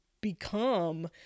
become